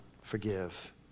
forgive